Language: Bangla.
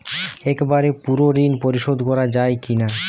একবারে পুরো ঋণ পরিশোধ করা যায় কি না?